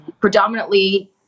predominantly